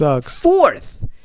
fourth